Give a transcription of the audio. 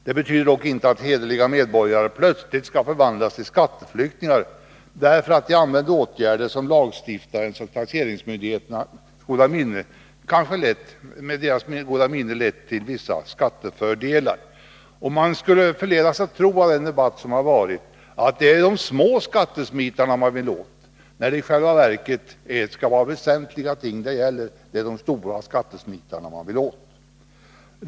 Detta betyder dock inte att hederliga medborgare plötsligt skall förvandlas till skatteflyktingar därför att de använt åtgärder som med lagstiftarens och taxeringsmyndighetens goda minne kanske har lett till vissa skattefördelar. Av den debatt som har förts skulle man kunna förledas tro att det är de små skattesmitarna som man vill åt, när det i själva verket skall röra sig om väsentliga ting — det är de stora skattesmitarna som man vill åt.